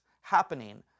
happening